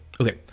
Okay